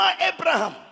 Abraham